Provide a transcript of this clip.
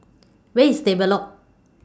Where IS Stable Loop